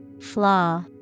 Flaw